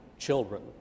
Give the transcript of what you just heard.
children